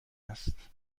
است